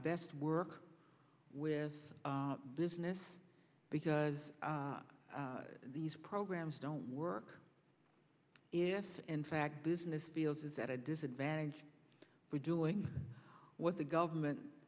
best work with business because these programs don't work if in fact business feels it's at a disadvantage for doing what the government